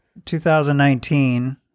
2019